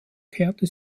kehrte